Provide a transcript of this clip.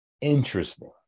interesting